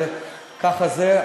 וככה זה,